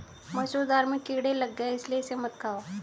मसूर दाल में कीड़े लग गए है इसलिए इसे मत खाओ